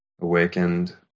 awakened